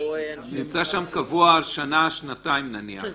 הוא נמצא שם קבוע שנה, שנתיים נניח.